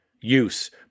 use